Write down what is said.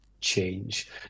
change